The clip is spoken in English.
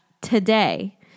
today